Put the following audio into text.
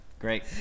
great